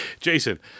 Jason